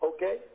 Okay